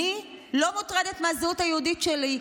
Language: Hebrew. אני לא מוטרדת מהזהות היהודית שלי,